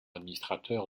administrateur